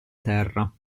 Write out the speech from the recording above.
terra